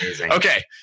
Okay